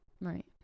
Right